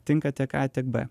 tinka tiek a tiek b